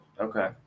Okay